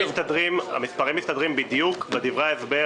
המספרים מסתדרים בדיוק בדברי ההסבר.